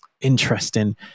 interesting